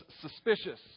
suspicious